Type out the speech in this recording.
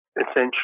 essentially